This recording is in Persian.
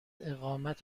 اقامت